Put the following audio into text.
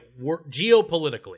geopolitically